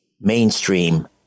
mainstream